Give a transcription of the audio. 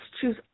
choose